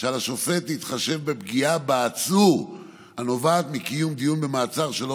שעל השופט להתחשב בפגיעה בעצור הנובעת מקיום דיון במעצר שלא